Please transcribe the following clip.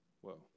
Whoa